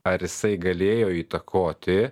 ar jisai galėjo įtakoti